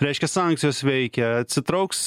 reiškia sankcijos veikia atsitrauks